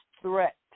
threat